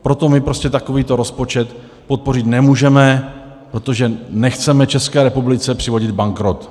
Proto my prostě takovýto rozpočet podpořit nemůžeme, protože nechceme České republice přivodit bankrot.